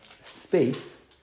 space